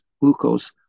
glucose